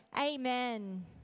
amen